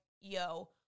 yo